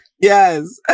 Yes